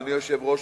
אדוני היושב-ראש,